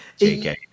JK